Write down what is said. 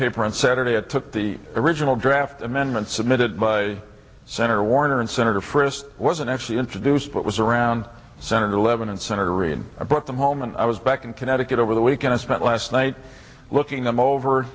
paper on saturday i took the original draft amendment submitted by senator warner and senator frist wasn't actually introduced but was around senator levin and senator reid i brought them home and i was back in connecticut over the weekend i spent last night looking them over